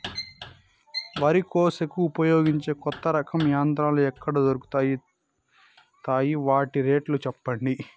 వరి కోసేకి ఉపయోగించే కొత్త రకం యంత్రాలు ఎక్కడ దొరుకుతాయి తాయి? వాటి రేట్లు చెప్పండి?